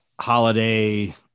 holiday